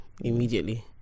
immediately